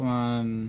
one